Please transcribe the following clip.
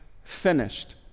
Finished